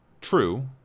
true